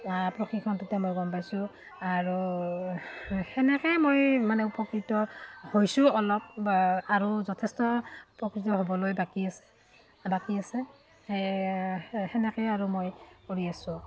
প্ৰশিক্ষণটোতে মই গম পাইছোঁ আৰু সেনেকৈয়ে মই মানে উপকৃত হৈছোঁ অলপ আৰু যথেষ্ট উপকৃত হ'বলৈ বাকী আছে বাকী আছে সেই সেনেকৈয়ে আৰু মই কৰি আছো